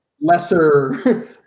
lesser